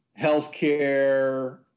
healthcare